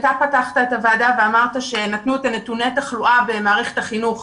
אתה פתחת את הוועדה ואמרת שנתנו נתוני תחלואה במערכת החינוך.